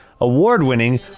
award-winning